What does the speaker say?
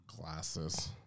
Glasses